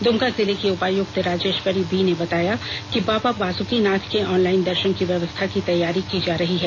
दुमका जिले की उपायुक्त राजेष्वरी बी ने बताया कि बाबा बास्कीनाथ के ऑनलाइन दर्षन की व्यवस्था की तैयारी की जा रही है